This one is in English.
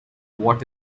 what